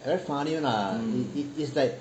very funny [one] ah is like